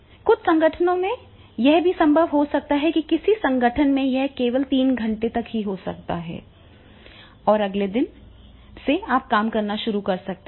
कुछ संगठनों में यह भी संभव हो सकता है कि किसी संगठन में यह केवल तीन घंटे तक हो सकता है और अगले दिन से आप काम करना शुरू कर सकते हैं